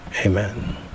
Amen